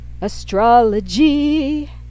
Astrology